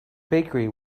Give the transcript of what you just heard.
bakery